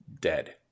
Dead